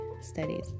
studies